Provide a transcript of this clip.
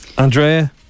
Andrea